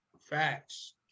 Facts